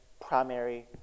primary